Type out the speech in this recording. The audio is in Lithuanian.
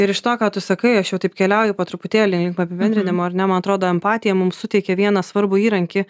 ir iš to ką tu sakai aš jau taip keliauju po truputėlį link apibendrinimo ar ne man atrodo empatija mum suteikia vieną svarbų įrankį